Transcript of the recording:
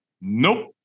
Nope